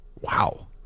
Wow